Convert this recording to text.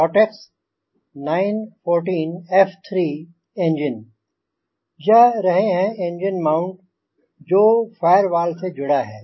Rotex 914 F3 engine यह रहे हैं एंजिन माउंट जो फ़ाइअर्वॉल से जुड़ा है